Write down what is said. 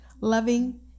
loving